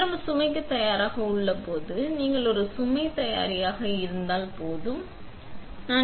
இயந்திரம் சுமைக்கு தயாராக இருக்கும் போது நீங்கள் ஒரு சுமை தயாராக இருந்தால் போது போது நீங்கள் தெரியும்